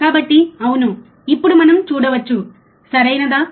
కాబట్టి అవును ఇప్పుడు మనం చూడవచ్చు సరియైనదా